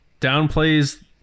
downplays